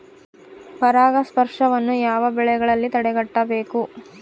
ಪರಾಗಸ್ಪರ್ಶವನ್ನು ಯಾವ ಬೆಳೆಗಳಲ್ಲಿ ತಡೆಗಟ್ಟಬೇಕು?